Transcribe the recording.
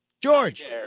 George